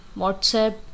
whatsapp